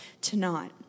tonight